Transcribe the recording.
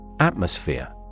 Atmosphere